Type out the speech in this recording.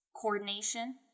coordination